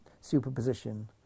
superposition